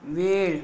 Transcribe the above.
वेळ